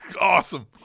Awesome